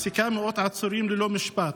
ומחזיקה מאות עצורים ללא משפט,